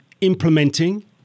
implementing